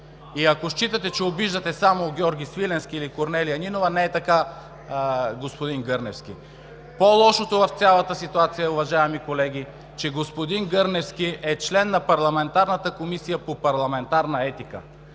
Ако считате, че обиждате само Георги Свиленски или Корнелия Нинова, не е така, господин Гърневски. По-лошото в цялата ситуация, уважаеми колеги, е, че господин Гърневски е член на парламентарната Комисия по парламентарна етика.